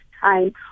time